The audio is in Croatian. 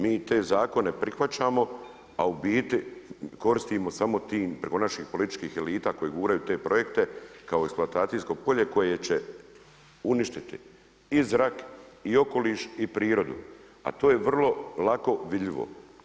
Mi te zakone prihvaćamo, a u biti koristimo tim preko naših političkih elita koji guraju te projekte kao eksploatacijsko polje koje će uništiti i zrak i okoliš i prirodu, a to je vrlo lako vidljivo.